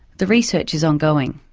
the research is ongoing.